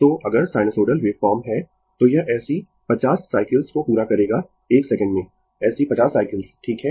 तो अगर sinusoidal waveform है तो यह ऐसी 50 साइकल्स को पूरा करेगा 1 सेकंड में ऐसी 50 साइकल्स ठीक है